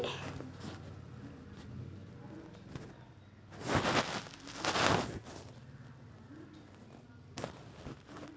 ಭಾರತದಿಂದ ಆಲೂಗಡ್ಡೆ, ಹತ್ತಿ, ಹಾಲು ಹೇಗೆ ಹಲವಾರು ಕೃಷಿ ಉತ್ಪನ್ನಗಳು ಹೊರದೇಶಕ್ಕೆ ಹೋಗುತ್ತವೆ